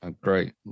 Great